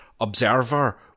Observer